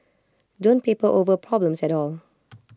don't paper over problems at all